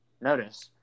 notice